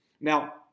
Now